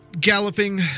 galloping